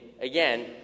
again